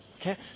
Okay